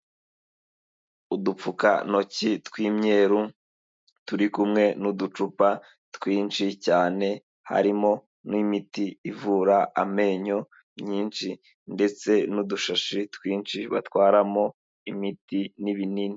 Udupfukantoki tw'imyeru turi kumwe n'uducupa twinshi cyane harimo n'imiti ivura amenyo myinshi ndetse n'udushashi twinshi batwaramo imiti n'ibinini.